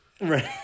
Right